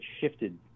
shifted